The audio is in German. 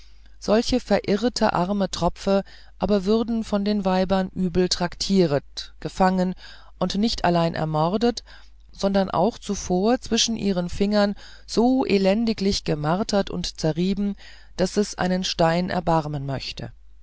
solche verirrete arme tropfen aber würden von den weibern übel traktieret gefangen und nicht allein ermordet sondern auch zuvor zwischen ihren fingern so elendiglich gemartert und zerrieben daß es einen stein erbarmen möchte